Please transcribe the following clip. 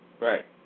right